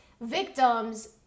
victims